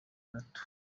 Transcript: gato